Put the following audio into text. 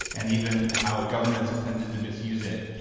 and even how governments attempted to misuse it.